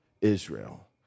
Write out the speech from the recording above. Israel